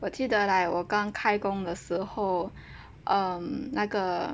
我记得我跟开工的时候 um 那个